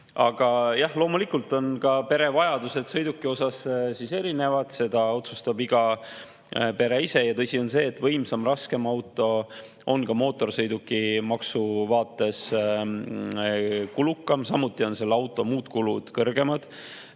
jah, loomulikult on perede vajadused sõiduki puhul erinevad. Seda otsustab iga pere ise. Tõsi on see, et võimsam ja raskem auto on ka mootorsõidukimaksu vaates kulukam. Samuti on selle auto muud kulud kõrgemad.